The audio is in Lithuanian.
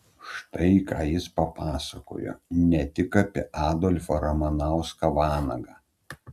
štai ką jis papasakojo ne tik apie adolfą ramanauską vanagą